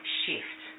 shift